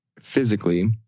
physically